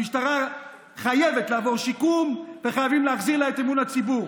המשטרה חייבת לעבור שיקום וחייבים להחזיר לה את אמון הציבור.